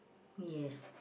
yes